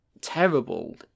terrible